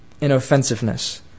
Inoffensiveness